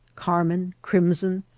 carmine, crimson,